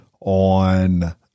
on